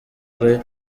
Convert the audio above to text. ari